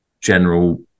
general